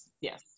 Yes